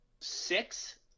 six